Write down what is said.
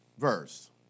verse